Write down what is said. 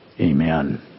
Amen